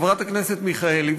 וחברת הכנסת מיכאלי,